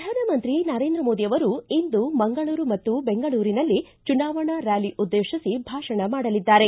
ಪ್ರಧಾನಮಂತ್ರಿ ನರೇಂದ್ರ ಮೋದಿ ಅವರು ಇಂದು ಮಂಗಳೂರು ಮತ್ತು ಬೆಂಗಳೂರಿನಲ್ಲಿ ಚುನಾವಣಾ ರ್ನಾಲಿ ಉದ್ದೇಶಿಸಿ ಭಾಷಣ ಮಾಡಲಿದ್ದಾರೆ